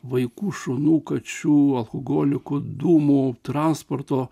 vaikų šunų kačių alkoholikų dūmų transporto